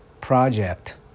project